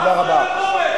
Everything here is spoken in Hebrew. תודה רבה.